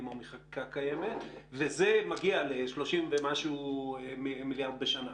או מחקיקה קיימת וזה מגיע ל-30 ומשהו מיליארד בשנה.